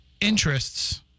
interests